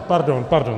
Pardon, pardon.